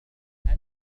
أنت